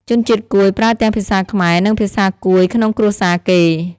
ជនជាតិកួយប្រើទាំងភាសាខ្មែរ និងភាសាកួយក្នុងគ្រួសារគេ។